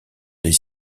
des